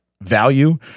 value